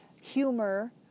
humor